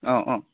অঁ অঁ